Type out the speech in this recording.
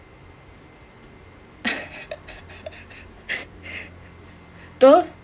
don't